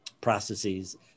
processes